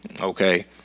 okay